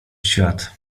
świat